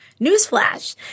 Newsflash